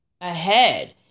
ahead